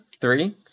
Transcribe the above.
three